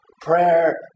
prayer